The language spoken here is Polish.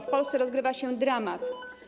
W Polsce rozgrywa się dramat.